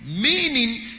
Meaning